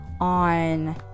on